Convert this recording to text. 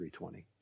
320